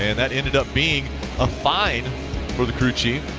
and that ended up being a fine for the crew chief.